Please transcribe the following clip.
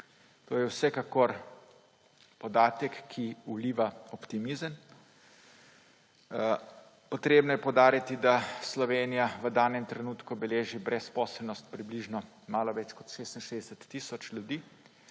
To je vsekakor podatek, ki vliva optimizem. Treba je poudariti, da Slovenija v danem trenutku beleži brezposelnost malo več kot 66 tisoč ljudi.